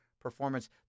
performance